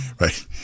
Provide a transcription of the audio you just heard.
Right